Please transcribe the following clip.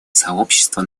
сообщество